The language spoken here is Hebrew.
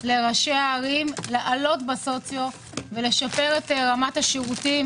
לראשי ערים לעלות בסוציו ולשפר את רמת השירותים